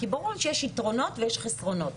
כי ברור שיש יתרונות ויש חסרונות.